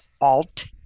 Alt